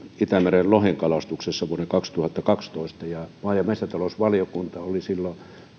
itämeren lohenkalastuksessa vuonna kaksituhattakaksitoista ja maa ja metsätalousvaliokunta oli silloin